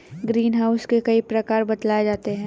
green house के कई प्रकार बतलाए जाते हैं